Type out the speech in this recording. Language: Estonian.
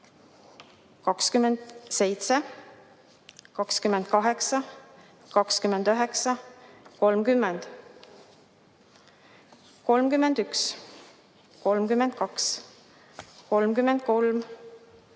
27, 28, 29, 30, 31. 32, 33,